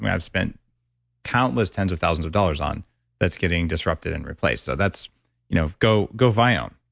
i've spent countless tens of thousands of dollars on that's getting disrupted and replaced. so that's you know go go viome